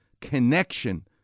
connection